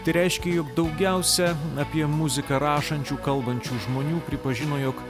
tai reiškia jog daugiausia apie muziką rašančių kalbančių žmonių pripažino jog